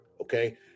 Okay